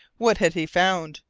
what had he found?